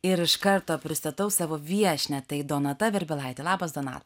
ir iš karto pristatau savo viešnią tai donata verbilaitė labas donata